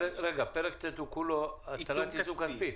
עיצום כספי52.